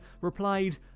replied